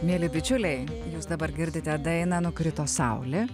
mieli bičiuliai jūs dabar girdite dainą nukrito saulė